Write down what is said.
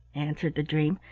answered the dream,